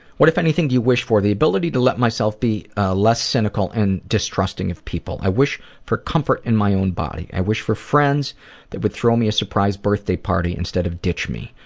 what, if anything, do you wish for the ability to let myself be less cynical and distrusting of people. i wish for comfort in my own body. i wish for friends that would throw me a surprise birthday party instead of ditch me.